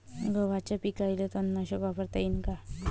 गव्हाच्या पिकाले तननाशक वापरता येईन का?